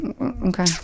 Okay